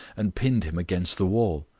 and pinned him against the wall.